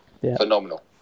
Phenomenal